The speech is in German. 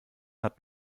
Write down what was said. hat